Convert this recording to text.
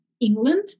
England